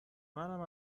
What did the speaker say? منم